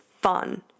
fun